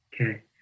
Okay